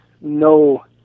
no